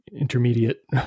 intermediate